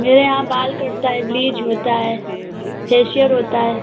मेरे यहाँ बाल कटता है ब्लीच होता है फे़शियर होता है